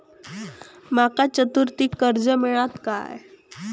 माका चतुर्थीक कर्ज मेळात काय?